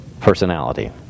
personality